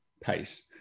pace